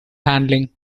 handling